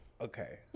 okay